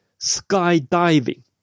skydiving